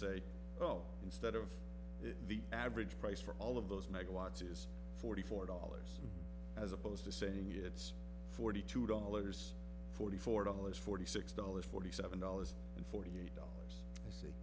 say oh instead of the average price for all of those megawatts is forty four dollars as opposed to saying it's forty two dollars forty four dollars forty six dollars forty seven dollars and forty eight dollars